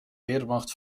wehrmacht